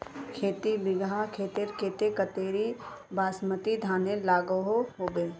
खेती बिगहा खेतेर केते कतेरी बासमती धानेर लागोहो होबे?